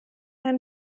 ein